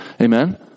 Amen